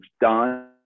done